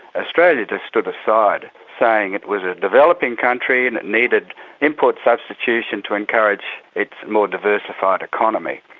australia just stood aside, saying it was a developing country and it needed import substitution to encourage its more diversified economy.